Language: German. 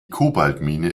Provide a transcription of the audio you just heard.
kobaltmine